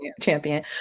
Champion